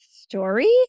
story